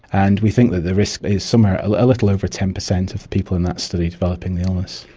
and we think that the risk is somewhere a little over ten per cent of people in that study developing the illness.